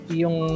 yung